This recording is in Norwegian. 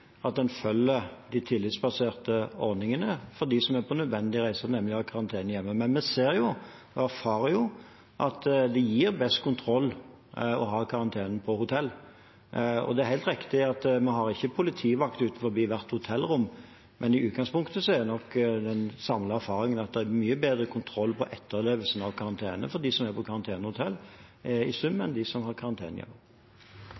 at en følger de tillitsbaserte ordningene for dem som er på nødvendig reise og nemlig har karantene hjemme. Men vi ser og erfarer at det gir best kontroll å ha karantenen på hotell. Det er helt riktig at vi har ikke politivakt utenfor hvert hotellrom, men i utgangspunktet er nok den samlede erfaringen at det i sum er mye bedre kontroll på etterlevelsen av karantenen for dem som er på karantenehotell,